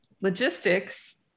logistics